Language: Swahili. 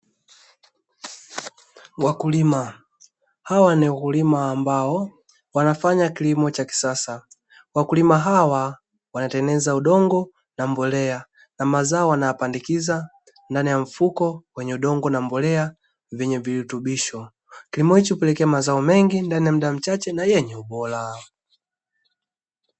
Wakulima, hawa ni wakulima ambao wanafanya kilimo cha kisasa. Wakulima hawa wanatengeneza udongo na mbolea na mazao wanayapandikiza ndani ya mfuko wenye udongo na mbolea vyenye virutubiaho, kilimo hichi hupelekea mazao mengi ndani ya muda mchache na yenye ubora.